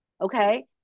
okay